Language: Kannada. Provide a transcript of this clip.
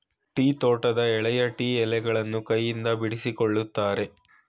ಟೀ ತೋಟದ ಎಳೆಯ ಟೀ ಎಲೆಗಳನ್ನು ಕೈಯಿಂದ ಬಿಡಿಸಿಕೊಳ್ಳುತ್ತಾರೆ